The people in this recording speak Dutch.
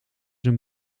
een